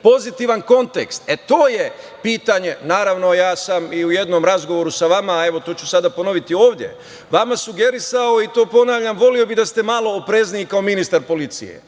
pozitivan kontekst. E, to je pitanje. Naravno, ja sam i u jednom razgovoru sa vama, evo, to ću sada ponoviti ovde, vama sugerisao i to ponavljam, voleo bih da ste malo oprezniji kao ministar policije.